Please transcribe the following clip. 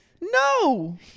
No